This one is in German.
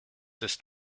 ist